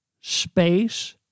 space